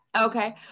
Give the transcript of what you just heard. Okay